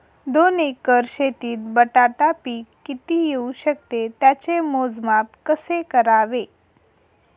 दोन एकर शेतीत बटाटा पीक किती येवू शकते? त्याचे मोजमाप कसे करावे?